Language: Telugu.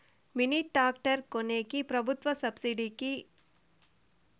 మిని టాక్టర్ కొనేకి ప్రభుత్వ సబ్సిడి గాని లేక కంపెని రేటులో ఏమన్నా తగ్గిస్తుందా?